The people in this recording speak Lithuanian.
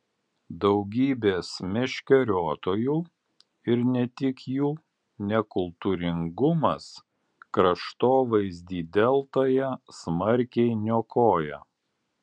daugybės meškeriotojų ir ne tik jų nekultūringumas kraštovaizdį deltoje smarkiai niokoja